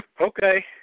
Okay